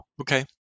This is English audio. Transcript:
okay